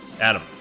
Adam